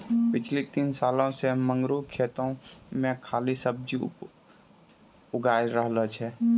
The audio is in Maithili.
पिछला तीन सालों सॅ मंगरू खेतो मॅ खाली सब्जीए उगाय रहलो छै